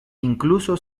incluso